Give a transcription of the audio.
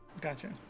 gotcha